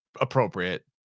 appropriate